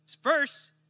First